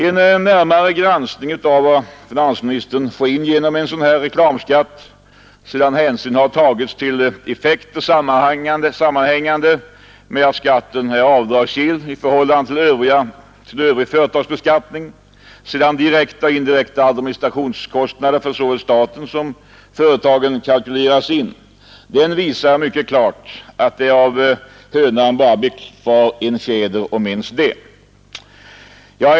En närmare granskning av vad finansministern får in genom en reklamskatt, sedan hänsyn tagits till effekter sammanhängande med att skatten är avdragsgill i förhållande till övrig företagsbeskattning och sedan direkta och indirekta administrationskostnader för såväl staten som företagen kalkylerats in, visar mycket klart att det av hönan bara blir kvar en fjäder, om ens det.